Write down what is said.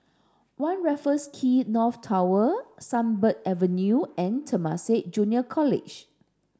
One Raffles Quay North Tower Sunbird Avenue and Temasek Junior College